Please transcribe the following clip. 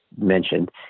mentioned